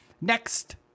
Next